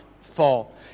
fall